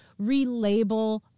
relabel